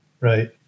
right